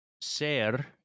Ser